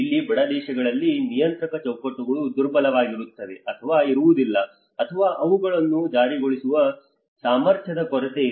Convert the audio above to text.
ಇಲ್ಲಿ ಬಡ ದೇಶಗಳಲ್ಲಿ ನಿಯಂತ್ರಕ ಚೌಕಟ್ಟುಗಳು ದುರ್ಬಲವಾಗಿರುತ್ತವೆ ಅಥವಾ ಇರುವುದಿಲ್ಲ ಅಥವಾ ಅವುಗಳನ್ನು ಜಾರಿಗೊಳಿಸುವ ಸಾಮರ್ಥ್ಯದ ಕೊರತೆಯಿದೆ